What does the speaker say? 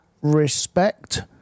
respect